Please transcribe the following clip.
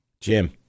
Jim